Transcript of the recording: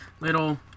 little